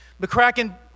McCracken